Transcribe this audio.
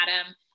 Adam